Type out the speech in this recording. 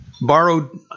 Borrowed